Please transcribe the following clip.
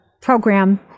program